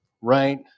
right